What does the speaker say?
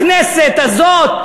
הכנסת הזאת,